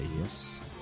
yes